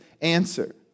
answer